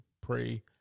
pray